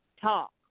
talk